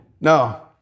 No